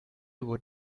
would